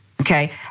okay